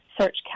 search